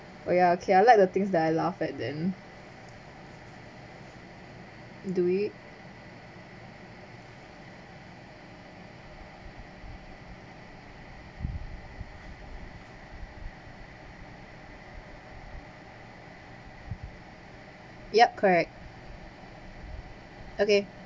oh ya okay I like the things that I laugh at then do it yup correct okay